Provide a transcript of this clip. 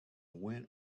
went